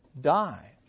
die